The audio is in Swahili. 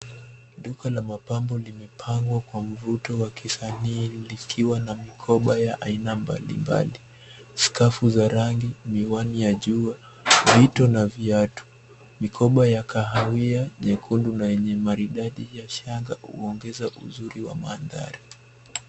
Duka la mapambo limepangwa kwa mvuto wa kisanii likiwa na mikoba ya aina mbalimbali. Skafu za rangi, miwani ya jua, vito na viatu. Mikoba ya kahawia, nyekundu na yenye maridadi ya shanga huongeza uzuri wa manthari .